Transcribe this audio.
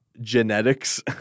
genetics